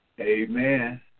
Amen